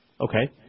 Okay